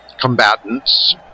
combatants